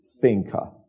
thinker